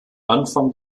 anfang